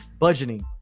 budgeting